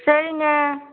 சரிங்க